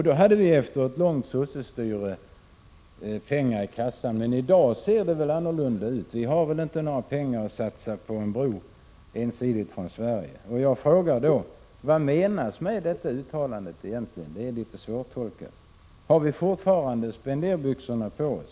Då hade vi efter långt socialdemokratiskt styre pengar i kassan, men i dag ser det annorlunda ut. Vi har väl inte några pengar att satsa på en bro ensidigt från Sverige? Jag frågar då: Vad menas med detta uttalande? Det är litet svårtolkat. Har vi fortfarande spenderbyxorna på oss?